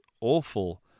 awful